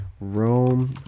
Rome